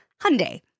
Hyundai